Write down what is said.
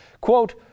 Quote